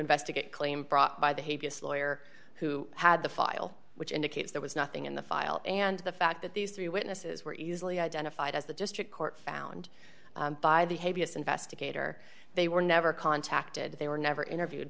brought by the hague yes lawyer who had the file which indicates there was nothing in the file and the fact that these three witnesses were easily identified as the district court found by the heaviest investigator they were never contacted they were never interviewed